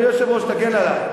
אדוני היושב-ראש, תגן עלי.